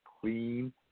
clean